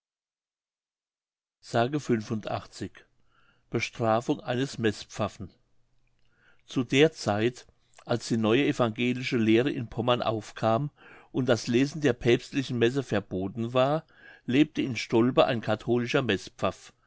s bestrafung eines meßpfaffen zu der zeit als die neue evangelische lehre in pommern aufkam und das lesen der päpstlichen messe verboten war lebte in stolpe ein katholischer